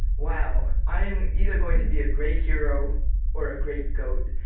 wow, i am either going to be a great hero or a great goat.